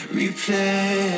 replay